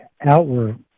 outward